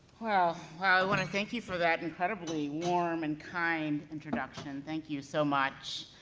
well i wanna thank you for that incredibly warm and kind introduction, thank you so much.